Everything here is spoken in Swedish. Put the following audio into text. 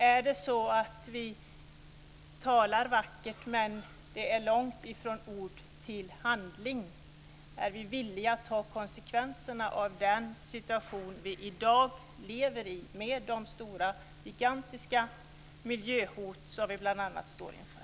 Är det så att vi talar vackert men att det är långt från ord till handling? Är vi villiga att ta konsekvenserna av den situation som vi i dag lever i med bl.a. de gigantiska miljöhot som vi står inför?